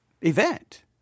event